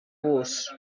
vos